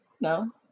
no